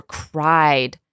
cried